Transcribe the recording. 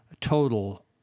total